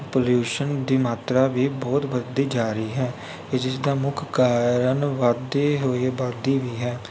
pollution ਦੀ ਮਾਤਰਾ ਵੀ ਬਹੁਤ ਵੱਧਦੀ ਜਾ ਰਹੀ ਹੈ ਕਿ ਜਿਸ ਦਾ ਮੁੱਖ ਕਾਰਨ ਵੱਧਦੀ ਹੋਈ ਆਬਾਦੀ ਵੀ ਹੈ